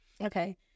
okay